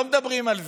לא מדברים על זה,